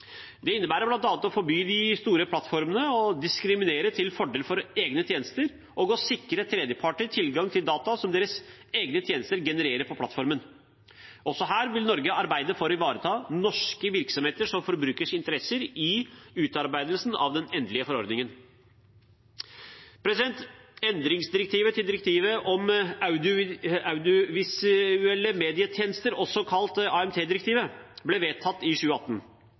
Det innebærer bl.a. å forby de store plattformene å diskriminere til fordel for egne tjenester, og å sikre tredjeparter tilgang til data som deres egne tjenester genererer på plattformen. Også her vil Norge arbeide for å ivareta norske virksomheters og forbrukeres interesser i utarbeidelsen av den endelige forordningen. Endringsdirektivet til direktivet om audiovisuelle medietjenester, også kalt AMT-direktivet, ble vedtatt i 2018.